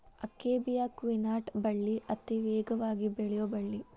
akebia quinata ಬಳ್ಳಿ ಅತೇ ವೇಗವಾಗಿ ಬೆಳಿಯು ಬಳ್ಳಿ